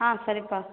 ஆ சரிப்பா